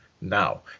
now